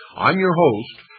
i'm your host,